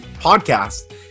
podcast